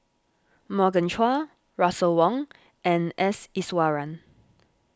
Morgan Chua Russel Wong and S Iswaran